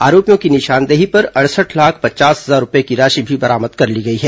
आरोपियों की निशानदेही पर अड़सठ लाख पचास हजार रूपये की राशि भी बरामद कर ली गई है